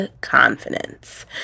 confidence